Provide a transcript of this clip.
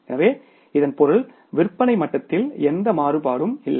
எனவே இதன் பொருள் விற்பனை மட்டத்தில் எந்த மாறுபாடும் இல்லை